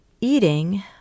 eating